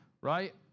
right